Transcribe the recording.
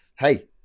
Hey